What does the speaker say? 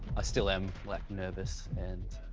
i still am, like, nervous. and,